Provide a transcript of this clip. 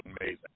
amazing